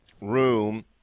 room